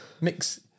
mix